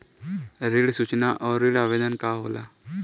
ऋण सूचना और ऋण आवेदन का होला?